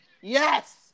yes